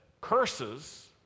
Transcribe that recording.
curses